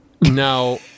Now